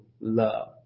love